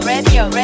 Radio